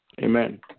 Amen